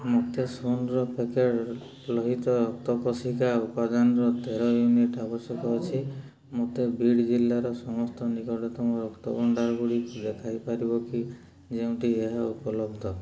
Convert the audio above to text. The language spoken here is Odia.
ମୋତେ ଶୂନର ପ୍ୟାକ୍ଡ଼୍ ଲୋହିତ ରକ୍ତ କୋଷିକା ଉପାଦାନର ତେର ୟୁନିଟ୍ ଆବଶ୍ୟକ ଅଛି ମୋତେ ବୀଡ଼୍ ଜିଲ୍ଲାର ସମସ୍ତ ନିକଟତମ ରକ୍ତ ଭଣ୍ଡାରଗୁଡ଼ିକୁ ଦେଖାଇ ପାରିବ କି ଯେଉଁଠି ଏହା ଉପଲବ୍ଧ